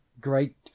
great